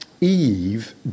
Eve